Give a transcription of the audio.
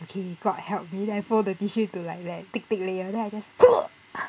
okay god help me then I fold the tissue into like a thick thick layer then I just